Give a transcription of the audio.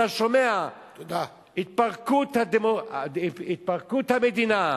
אתה שומע: התפרקות המדינה,